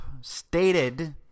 stated